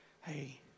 hey